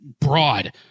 broad